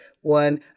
one